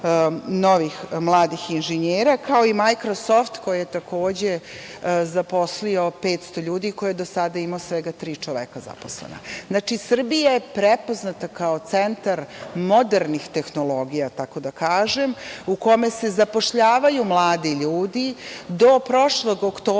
novih mladih inženjera, kao i „Majkrosoft“ koji je takođe zaposlio 500 ljudi, koji je do sada imao svega tri zaposlena čoveka. Znači, Srbija je prepoznata kao centar modernih tehnologija tako da kažem, u kome se zapošljavaju mladi ljudi. Do prošlog oktobra